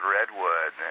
Redwood